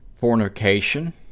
fornication